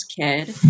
kid